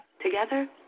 Together